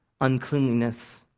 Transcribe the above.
uncleanliness